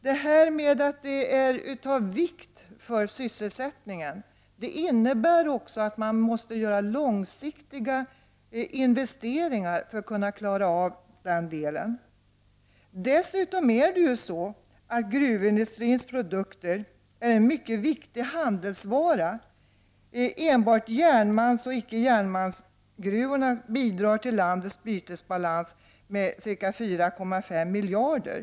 Att detta centrum är av vikt för sysselsättningen innebär också att man måste göra långsiktiga investeringar. Dessutom är gruvindustrins produkter en mycket viktigt handelsvara. Enbart järnmalmsoch icke-järnmalmsgruvorna bidrar till landets bytesbalans med ca 4,5 miljarder.